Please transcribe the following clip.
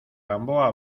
gamboa